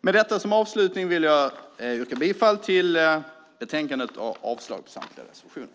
Jag yrkar bifall till förslaget i betänkandet och avslag på samtliga reservationer.